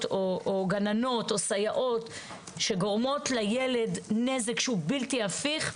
או גננות או סייעות שגורמות לילד נזק שהוא בלתי הפיך,